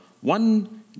one